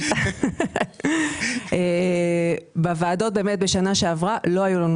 נכון שבשנה שעברה לא היו לנו